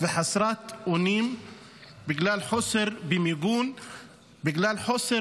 וחסרת אונים בגלל חוסר במיגון ובגלל חוסר